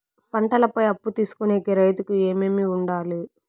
పంటల పై అప్పు తీసుకొనేకి రైతుకు ఏమేమి వుండాలి?